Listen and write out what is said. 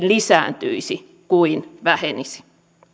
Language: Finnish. lisääntyisi kuin vähenisi